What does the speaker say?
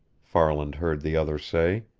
farland heard the other say.